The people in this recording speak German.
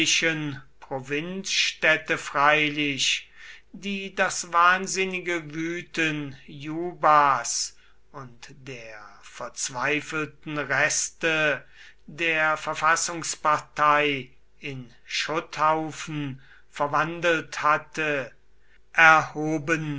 provinzstädte freilich die das wahnsinnige wüten jubas und der verzweifelten reste der verfassungspartei in schutthaufen verwandelt hatte erhoben